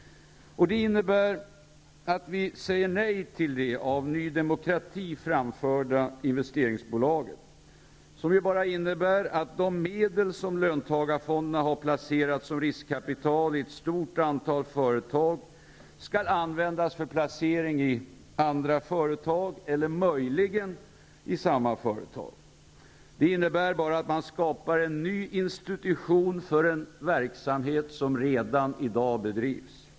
Det innebär att vi säger nej till det av Ny demokrati föreslagna investeringsbolaget, som ju innebär att de medel som löntagarfonderna har placerat som riskkapital i ett stort antal företag skall användas för placering i andra företag eller möjligen i samma företag. Det innebär bara att man skapar en ny institution för en verksamhet som redan i dag bedrivs.